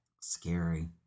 Scary